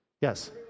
Yes